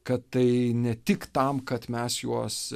kad tai ne tik tam kad mes juos